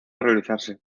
realizarse